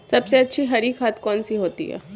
सबसे अच्छी हरी खाद कौन सी होती है?